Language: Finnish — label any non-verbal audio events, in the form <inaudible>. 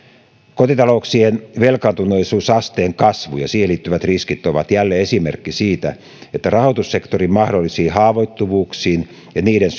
kotitalouksien velkaantuneisuusasteen kasvu ja siihen liittyvät riskit ovat jälleen esimerkki siitä että rahoitussektorin mahdollisiin haavoittuvuuksiin ja niiden <unintelligible>